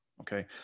okay